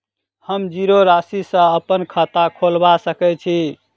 हम जीरो राशि सँ अप्पन खाता खोलबा सकै छी?